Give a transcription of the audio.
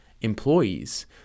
employees